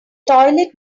toilet